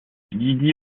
lydie